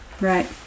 Right